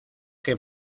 que